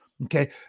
Okay